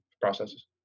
processes